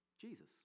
Jesus